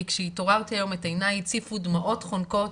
כי כשהתעוררתי היום את עיני הציפו דמעות חונקות,